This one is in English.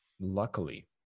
Luckily